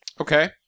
Okay